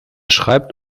schreibt